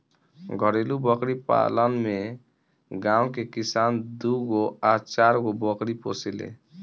घरेलु बकरी पालन में गांव के किसान दूगो आ चारगो बकरी पोसेले